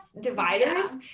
dividers